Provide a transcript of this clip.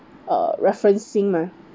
uh referencing mah